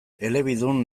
elebidun